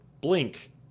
blink